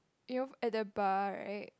you've at the bar right